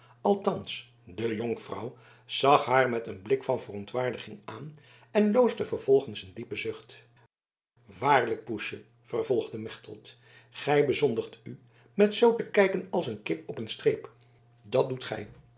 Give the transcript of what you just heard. althans de jonkvrouw zag haar met een blik van verontwaardiging aan en loosde vervolgens een diepen zucht waarlijk poesje vervolgde mechtelt gij bezondigt u met zoo te kijken als een kip op een streep dat doet gij